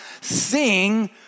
sing